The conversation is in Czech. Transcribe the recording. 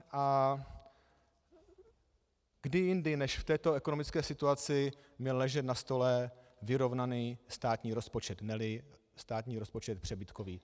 A kdy jindy než v této ekonomické situaci měl ležet na stole vyrovnaný státní rozpočet, neli státní rozpočet přebytkový?